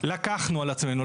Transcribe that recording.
לקחנו על עצמנו,